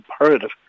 imperative